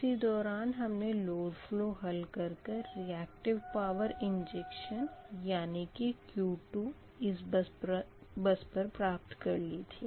इसी दौरान हमने लोड फ़लो हल कर कर रीयक्टिव पावर इंजेक्शन यानी की Q2 इस बस पर प्राप्त कर ली थी